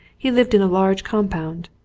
he lived in a large compound.